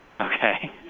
Okay